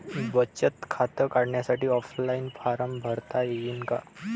बचत खातं काढासाठी ऑफलाईन फारम भरता येईन का?